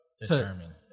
determine